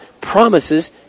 promises